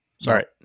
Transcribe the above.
Sorry